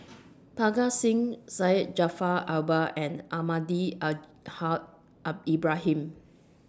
Parga Singh Syed Jaafar Albar and Almahdi Al Haj Ibrahim